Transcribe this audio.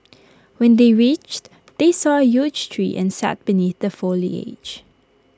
when they reached they saw huge tree and sat beneath the foliage